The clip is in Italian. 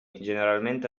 generalmente